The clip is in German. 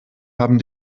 haben